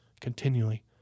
continually